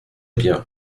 bien